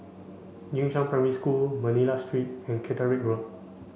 Jing Shan Primary School Manila Street and Caterick Road